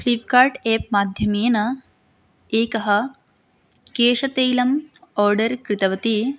Flipkart एप्माध्यमेन एकं केशतैलम् आर्डर् कृतवती